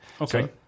Okay